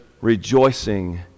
rejoicing